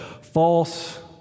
False